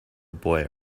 boy